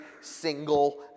single